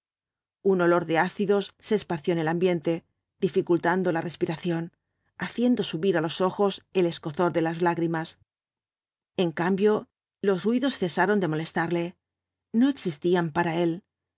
un olor de ácidos se esparció en el ambiente dificultando la respiración haciendo subir á los ojos el escozor de las lágrimas en cambio los ruidos cesaron de molestarle no existían para él